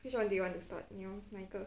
which one do you want to start 你要哪一个